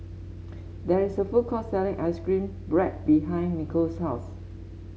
there is a food court selling ice cream bread behind Nicole's house